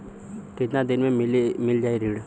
कितना दिन में मील जाई ऋण?